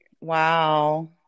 Wow